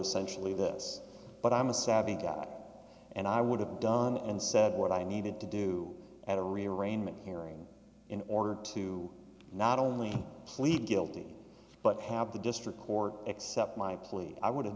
essentially this but i'm a savvy guy and i would have done and said what i needed to do at a real arraignment hearing in order to not only plead guilty but have the district court accept my plea i would have